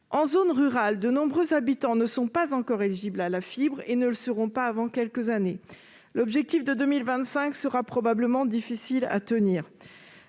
En zone rurale, de nombreux habitants ne sont toujours pas éligibles à la fibre et ne le seront pas avant quelques années. L'objectif de 2025 sera probablement difficile à tenir.